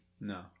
No